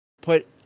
put